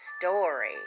story